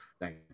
Thank